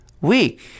weak